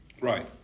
Right